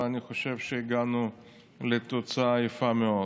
ואני חושב שהגענו לתוצאה יפה מאוד,